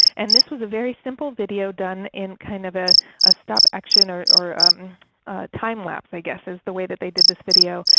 and this was a very simple video done in kind of ah a stop action or or time-lapse i guess is the way they did this video.